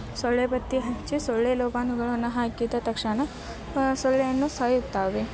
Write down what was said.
ಸೊಳ್ಳೆ ಬತ್ತಿ ಹಚ್ಚಿ ಸೊಳ್ಳೆ ಲೋಬಾನಗಳನ್ನು ಹಾಕಿದ ತಕ್ಷಣ ಸೊಳ್ಳೆಯನ್ನು ಸಾಯುತ್ತವೆ